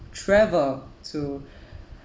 travel to